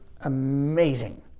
amazing